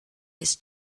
his